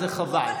וזה חבל.